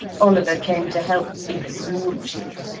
oliver came to help felix launch it,